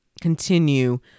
continue